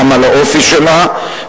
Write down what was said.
גם על האופי שלהם,